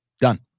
done